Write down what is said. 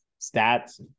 stats –